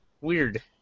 Weird